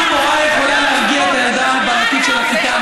אם המורה יכולה להרגיע את הילדה הבעייתית של הכיתה,